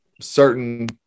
certain